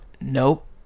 Nope